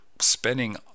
spending